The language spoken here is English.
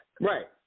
Right